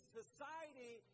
society